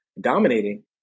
dominating